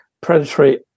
predatory